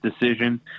decision